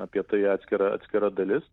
apie tai atskira atskira dalis